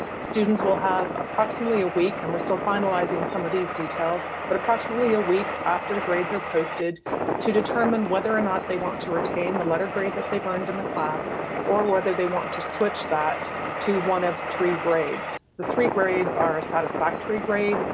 students will have approximately a week and we're still finalizing some of these details, but approximately a week after the grades are posted to determine whether or not they want to retain the letter grade that they've earned in the class or whether they want to switch that to one of three grades. the three grades are a satisfactory grade,